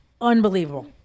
unbelievable